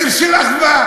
מסר של אחווה.